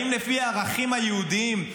האם לפי הערכים היהודיים,